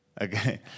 Okay